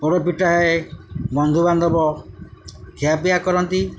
ପୋଡ଼ ପିଠା ହୁଏ ବନ୍ଧୁବାନ୍ଧବ ଖିଆପିଆ କରନ୍ତି